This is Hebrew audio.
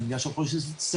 על גבייה של חודש ספטמבר,